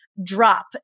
drop